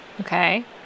Okay